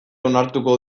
onartuko